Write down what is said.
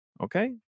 okay